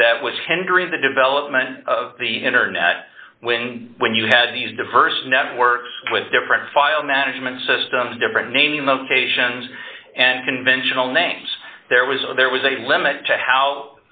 that was hindering the development of the internet when when you had these diverse networks with different file management systems different naming the occasions and conventional names there was a there was a limit to how